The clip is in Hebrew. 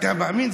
אתה מאמין?